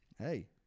Hey